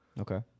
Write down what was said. Okay